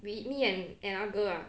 with me and another girl ah